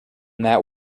that